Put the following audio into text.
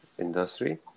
industry